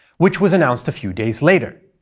which was announced a few days later.